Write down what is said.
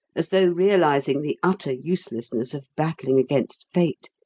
as though realising the utter uselessness of battling against fate,